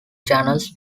channels